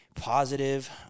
positive